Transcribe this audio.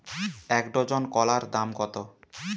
এক ডজন কলার দাম কত?